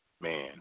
Man